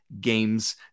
games